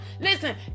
Listen